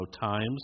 times